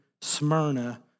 Smyrna